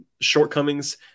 shortcomings